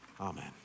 amen